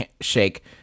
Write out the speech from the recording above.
shake